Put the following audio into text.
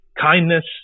kindness